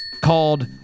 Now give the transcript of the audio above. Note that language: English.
called